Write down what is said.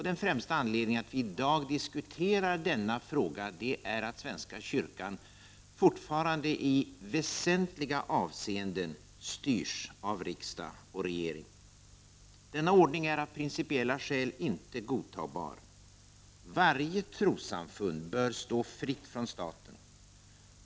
Den främsta anledningen till att vi i dag diskuterar denna fråga är att svenska kyrkan fortfarande i väsentliga avseenden styrs av riksdag och regering. Denna ordning är av principella skäl inte godtagbar. Varje trossamfund bör stå fritt från staten.